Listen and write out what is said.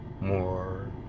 more